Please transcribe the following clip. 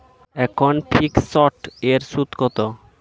এখন ফিকসড এর সুদ কত?